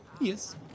Yes